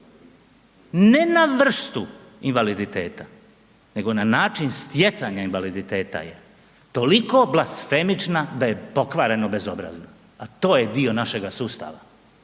ne na vrstu invaliditeta, nego na način stjecanja invaliditeta je toliko blasfemična da je pokvareno bezobrazna, a to je dio našega sustava,